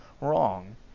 wrong